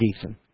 Deason